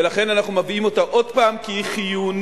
ולכן אנחנו מביאים אותה עוד פעם כי היא חיונית,